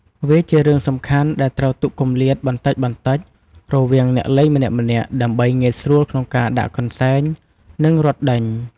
វាជារឿងសំខាន់ដែលត្រូវទុកគម្លាតបន្តិចៗរវាងអ្នកលេងម្នាក់ៗ ដើម្បីងាយស្រួលក្នុងការដាក់កន្សែង និងរត់ដេញ។